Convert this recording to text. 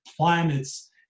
planets